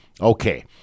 Okay